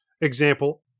example